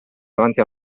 davanti